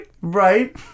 right